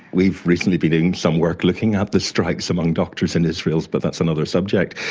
we've recently been doing some work looking at the strikes among doctors in israel, but that's another subject.